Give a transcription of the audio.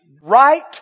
right